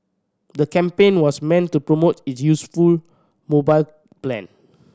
the campaign was meant to promote its youthful mobile plan